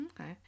Okay